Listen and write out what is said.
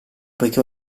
poiché